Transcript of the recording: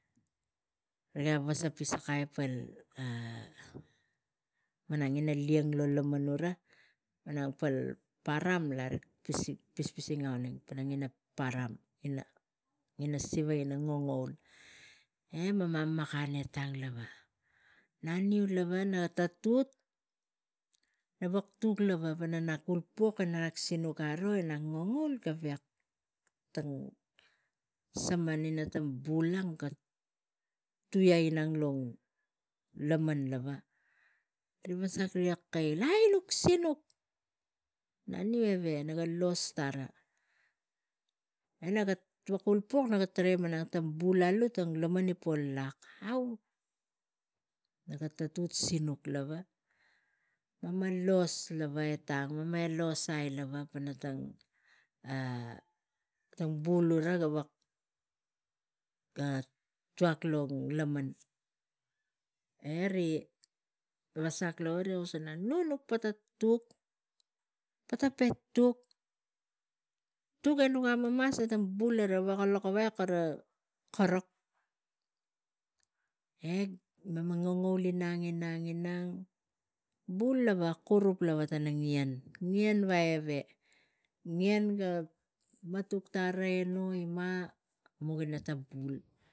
Rigei vesapi Sakai malang ina lieng lava gura nau lo param ina siva ina ngong e mema malang e tang lava naniu lava nak tut na vuktuk pana nak ulpuk gara e nak ngongoul garek tang saman ma tang bul ang ga tatuk tu iai inang lo laman lava. Ri vasak riga kail nuk sinuk naniu eve los tara e naga tuk ulpuk e naga tarai e lo lana tang bul alu gi po lak. Naga tatuk sinuk lava me ma los lava, e mema los ai tang bul una wek ga tuak lo laman e ri vasak riga kus nu nuk pata tuk, pata pe tuk tuk e nuk amamas e tang bul gara gi veka lokavai kara korok e mema ngongoul inang, inang bul lava lo kuruk e ien vai eve ien ga matuk tara e suka tang pua ima.